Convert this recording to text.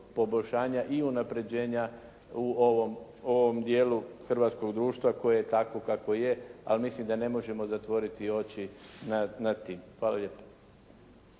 i unapređenja u ovom dijelu hrvatskog društva koje je takvo kakvo je ali mislim da ne možemo zatvoriti oči nad tim. Hvala lijepo.